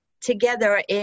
together